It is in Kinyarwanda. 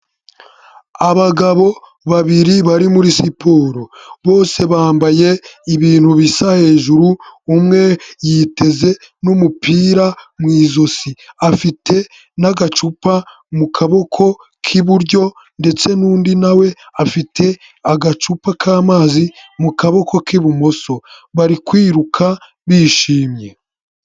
Abagabo babiri bari muri siporo, bose bambaye ibintu bisa hejuru, umwe yiteze n'umupira mu ijosi, afite n'agacupa mu kaboko k'iburyo ndetse n'undi na we afite agacupa k'amazi mu kaboko k'ibumoso. Bari kwiruka bishimye.